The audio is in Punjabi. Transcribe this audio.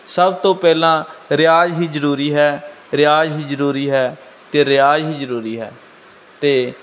ਸਭ ਤੋਂ ਪਹਿਲਾਂ ਰਿਆਜ਼ ਹੀ ਜ਼ਰੂਰੀ ਹੈ ਰਿਆਜ਼ ਹੀ ਜ਼ਰੂਰੀ ਹੈ ਅਤੇ ਰਿਆਜ਼ ਹੀ ਜ਼ਰੂਰੀ ਹੈ ਅਤੇ